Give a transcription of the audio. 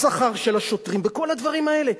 בשכר של השוטרים, בכל הדברים האלה.